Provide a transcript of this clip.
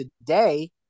today